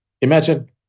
Imagine